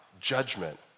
judgment